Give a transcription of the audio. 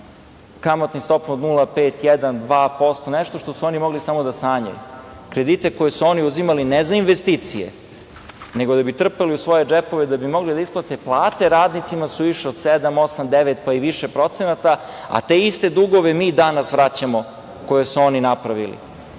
kamatnom stopom od 1,5%, 1%, 2%, nešto što su oni mogli samo da sanjaju. Kredite koje su oni uzimali, ne za investicije, nego da bi trpali u svoje džepove, da bi mogli da isplate plate radnicima, su išle od 7%, 8%, 9%, pa i više procenata, a te iste dugove koje su oni napravili